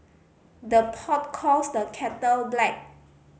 the pot calls the kettle black